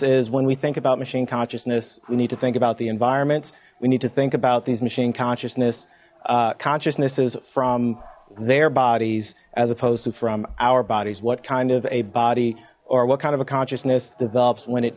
is when we think about machine consciousness we need to think about the environments we need to think about these machine consciousness consciousnesses from their bodies as opposed to from our bodies what kind of a body or what kind of a consciousness develops when it